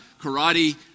karate